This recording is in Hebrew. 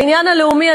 בעניין הלאומי,